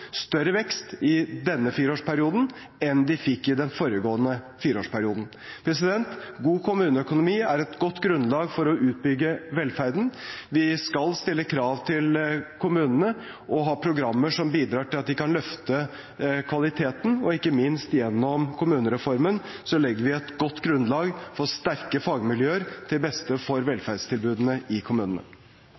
større vekst, i denne fireårsperioden enn de fikk i den foregående fireårsperioden. God kommuneøkonomi er et godt grunnlag for å bygge ut velferden. Vi skal stille krav til kommunene og ha programmer som bidrar til at de kan løfte kvaliteten, og ikke minst legger vi gjennom kommunereformen et godt grunnlag for sterke fagmiljøer, til det beste for velferdstilbudene i kommunene.